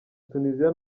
tuniziya